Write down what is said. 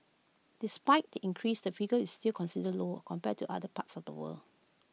despite the increase the figure is still considered low compared to other parts of the world